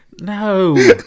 No